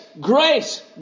grace